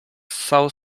ssał